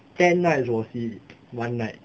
ten night 我洗 one night